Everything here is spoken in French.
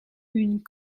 une